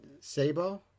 Sabo